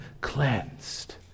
cleansed